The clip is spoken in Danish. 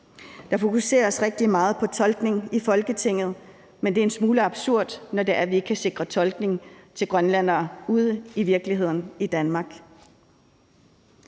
Der fokuseres rigtig meget på tolkning i Folketinget, men det er en smule absurd, når vi ikke kan sikre tolkning til grønlændere ude i virkeligheden i Danmark.